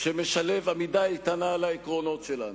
שמשלב עמידה איתנה על העקרונות שלנו.